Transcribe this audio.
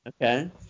Okay